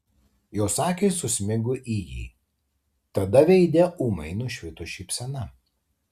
jos akys susmigo į jį tada veide ūmai nušvito šypsena